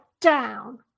down